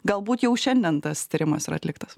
galbūt jau šiandien tas tyrimas yra atliktas